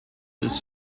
this